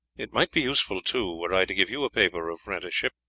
it might be useful, too, were i to give you a paper of apprenticeship,